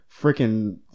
freaking